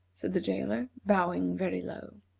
said the jailer, bowing very low.